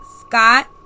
Scott